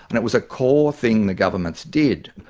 and it was a core thing the governments did.